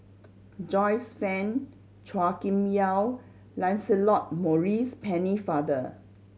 Joyce Fan Chua Kim Yeow Lancelot Maurice Pennefather